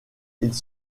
ils